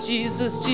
Jesus